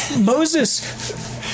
Moses